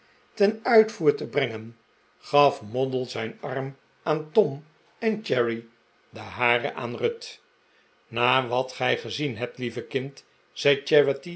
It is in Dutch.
ten uitvoer te brengen gaf moddle zijn arm aan tom en cherry den haren aan ruth na wat gij gezien hebt lieve kind zei